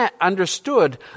understood